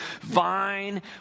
vine